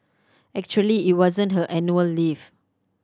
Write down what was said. actually it wasn't her annual leave